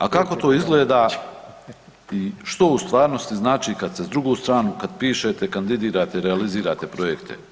A kako to izgleda i što u stvarnosti znači kad ste s drugu stranu, kad pišete, kandidirate, realizirate projekte.